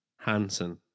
Hansen